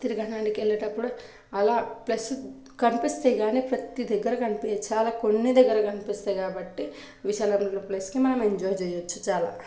తిరగడానికి వెళ్లేటప్పుడు అలా ప్లస్ కనిపిస్తే గానీ ప్రతి దగ్గర కనిపియ్యదు చాలా కొన్ని దగ్గర కనిపిస్తయి కాబట్టి విశాలమైన ప్లేస్కి మనం ఎంజాయ్ చేయొచ్చు చాలా